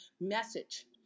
message